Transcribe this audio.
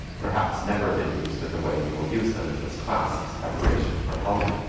perhaps never been used in the way you will use them in this class as preparation for health,